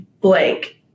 blank